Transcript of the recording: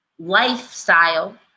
lifestyle